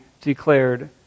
declared